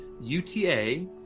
UTA